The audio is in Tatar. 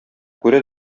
күрә